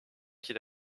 qu’il